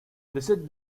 visit